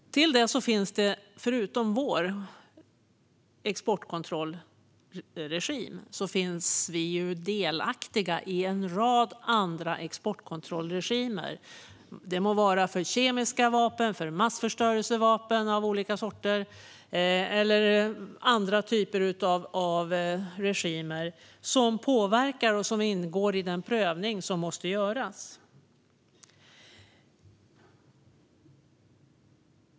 Utöver vår egen exportkontrollregim är vi delaktiga i en rad andra exportkontrollregimer. Det kan vara regimer för kemiska vapen, för massförstörelsevapen av olika sorter eller andra regimer som påverkar och som ingår i den prövning som måste göras.